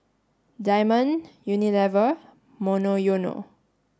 Diamond Unilever Monoyono